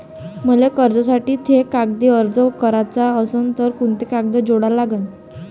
मले कर्जासाठी थे कागदी अर्ज कराचा असन तर कुंते कागद जोडा लागन?